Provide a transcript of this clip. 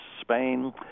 Spain